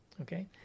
okay